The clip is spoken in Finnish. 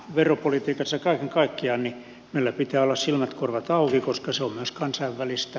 veropolitiikassa kaiken kaikkiaan meillä pitää olla silmät korvat auki koska se on myös kansainvälistä